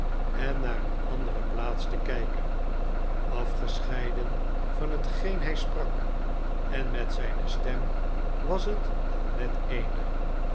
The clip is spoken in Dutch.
en naar eene andere plaats te kijken afgescheiden van hetgeen hij sprak en met zijne stem was het al net eender